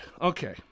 Okay